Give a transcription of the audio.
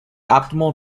optimal